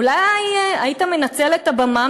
אולי היית מנצל את הבמה,